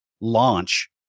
launch